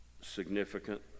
significant